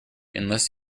unless